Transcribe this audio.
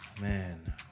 man